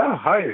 hi